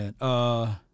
man